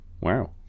Wow